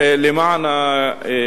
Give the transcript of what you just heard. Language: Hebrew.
בבקשה, אדוני.